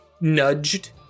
nudged